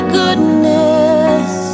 goodness